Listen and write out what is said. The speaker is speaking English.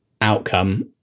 outcome